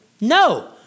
No